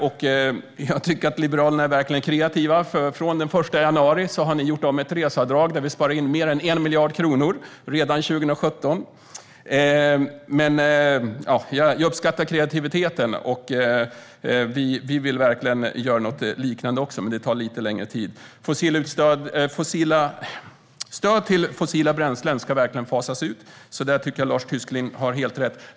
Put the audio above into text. Jag tycker att Liberalerna är kreativa, för från och med den 1 januari har ni gjort om ett reseavdrag där vi sparar in mer än 1 miljard kronor redan 2017! Men jag uppskattar kreativiteten. Vi vill gärna göra något liknande, men det tar lite längre tid. Stöd till fossila bränslen ska verkligen fasas ut, så där tycker jag att Lars Tysklind har helt rätt.